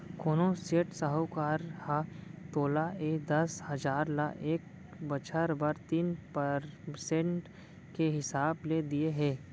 कोनों सेठ, साहूकार ह तोला ए दस हजार ल एक बछर बर तीन परसेंट के हिसाब ले दिये हे?